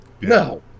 No